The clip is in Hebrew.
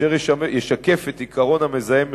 אשר ישקף את העיקרון המזהם משלם,